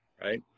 right